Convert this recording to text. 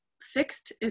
fixed